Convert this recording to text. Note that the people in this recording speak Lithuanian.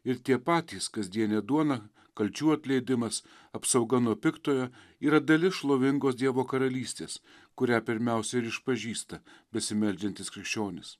ir tie patys kasdienė duona kalčių atleidimas apsauga nuo piktojo yra dalis šlovingos dievo karalystės kurią pirmiausia ir išpažįsta besimeldžiantis krikščionis